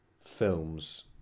films